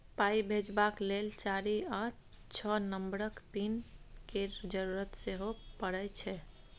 पाइ भेजबाक लेल चारि या छअ नंबरक पिन केर जरुरत सेहो परय छै